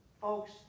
Folks